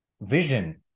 vision